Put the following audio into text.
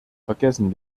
vergessen